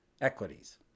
equities